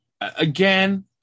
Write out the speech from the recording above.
again